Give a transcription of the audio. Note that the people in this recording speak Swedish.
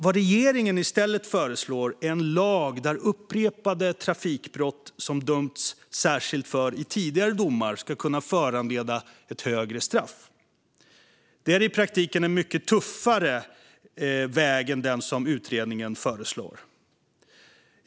Vad regeringen i stället föreslår är en lag där upprepade trafikbrott som det dömts särskilt för i tidigare domar ska kunna föranleda ett högre straff. Det är i praktiken en mycket tuffare väg än den som utredningen föreslår.